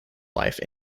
life